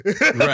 Right